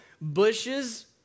Bushes